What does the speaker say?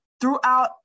Throughout